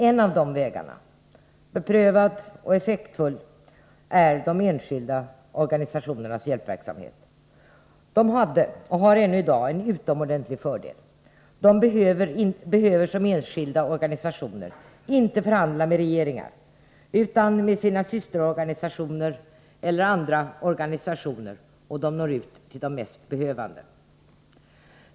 En av de vägarna, beprövad och effektfull, är de enskilda organisationernas hjälpverksamhet. De hade, och har ännu i dag, en utomordentlig fördel: de behöver som enskilda organisationer inte förhandla med regeringar, utan med sina systerorganisationer och andra organisationer, och de når ut till de mest behövande.